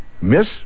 Miss